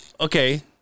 okay